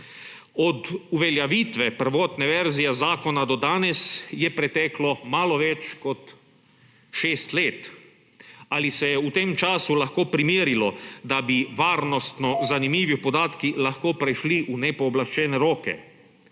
Od uveljavitve prvotne verzije zakona do danes je preteklo malo več kot 6 let. Ali se je v tem času lahko preverilo, da bi varnostno zanimivi podatki lahko prešli v nepooblaščene roke?